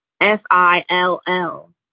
F-I-L-L